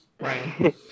Right